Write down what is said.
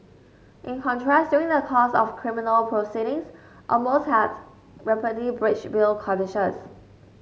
in contrast during the course of criminal proceedings Amos has repeatedly breached bail conditions